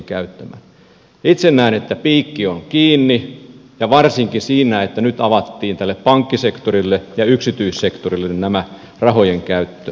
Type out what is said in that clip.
itse näen että piikki on kiinni ja varsinkin siinä että nyt avattiin tälle pankkisektorille ja yksityissektorille näiden rahojen käyttö